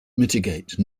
mitigate